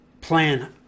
plan